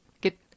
get